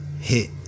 hit